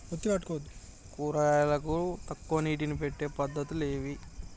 కూరగాయలకు తక్కువ నీటిని పెట్టే పద్దతులు ఏవి?